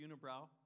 unibrow